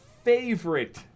favorite